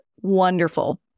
wonderful